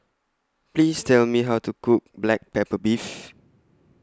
Please Tell Me How to Cook Black Pepper Beef